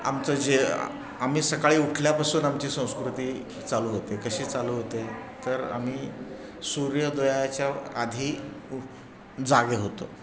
आमचं जे आम्ही सकाळी उठल्यापासून आमची संस्कृती चालू होते कशी चालू होते तर आम्ही सूर्योदयाच्या आधी उ जागे होतो